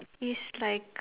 is like